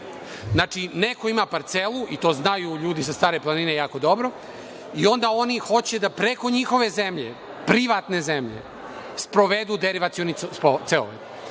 Znači, neko ima parcelu, i to znaju ljudi sa Stare planine jako dobro, i onda oni hoće da preko njihove zemlje, privatne zemlje, sprovedu derivacioni cevovod.